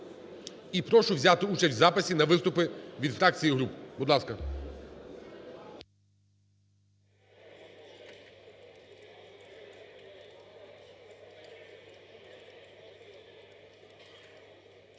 і прошу взяти участь в записі на виступи від фракцій і груп. Будь ласка.